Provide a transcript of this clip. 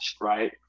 right